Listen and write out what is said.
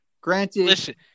granted